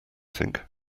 think